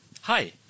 Hi